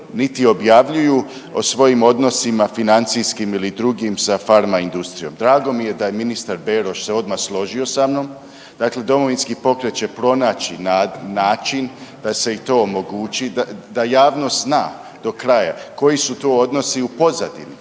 niti objavljuju o svojim odnosima financijskim ili drugim sa farma industrijom. Drago mi je da je ministar Beroš se odmah složio sa mnom, dakle Domovinski pokret će pronaći način da se i to omogući, da javnost zna do kraja koji su to odnosi u pozadini